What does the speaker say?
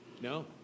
No